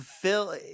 phil